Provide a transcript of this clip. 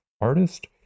artist